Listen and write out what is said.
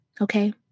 Okay